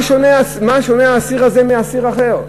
מה שונה האסיר הזה מאסיר אחר?